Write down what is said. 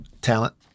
talent